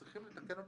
צריך לתקן אותן,